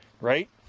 Right